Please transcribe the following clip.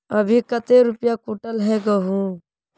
अभी कते रुपया कुंटल है गहुम?